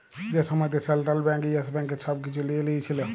যে সময়তে central bank Yes ব্যাংকের ছব কিছু লিঁয়ে লিয়েছিল